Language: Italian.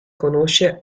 conosce